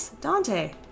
Dante